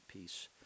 peace